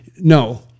no